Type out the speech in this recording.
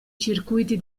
circuiti